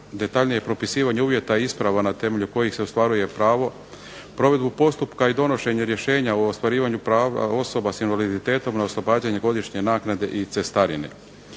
detaljnije propisivanje uvjeta i isprava na temelju kojih se ostvaruje pravo. Provedbu postupka i donošenje rješenja o ostvarivanju prava osobe sa invaliditetom na oslobađanje godišnje naknade i cestarine.